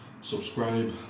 subscribe